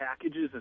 packages